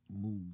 move